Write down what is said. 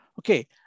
okay